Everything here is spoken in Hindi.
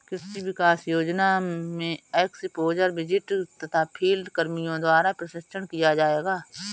कृषि विकास योजना में एक्स्पोज़र विजिट तथा फील्ड कर्मियों द्वारा प्रशिक्षण किया जाएगा